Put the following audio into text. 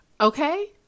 okay